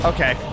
Okay